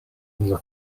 mil